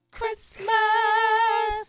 Christmas